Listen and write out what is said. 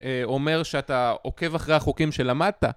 אומר שאתה עוקב אחרי החוקים שלמדת